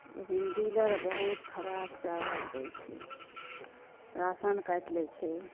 लेकिन डीलर बहुत खराप चावल दै छै राशन काटि लै छै